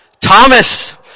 Thomas